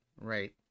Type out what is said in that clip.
right